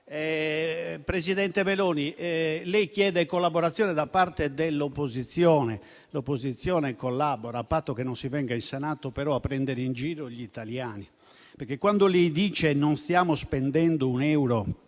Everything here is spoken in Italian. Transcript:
Presidente Meloni, lei chiede collaborazione da parte dell'opposizione. L'opposizione collabora, a patto che però non si venga in Senato a prendere in giro gli italiani: lei dice che non stiamo spendendo un euro